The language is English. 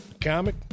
Comic